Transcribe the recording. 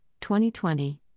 2020